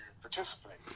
participate